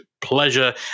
pleasure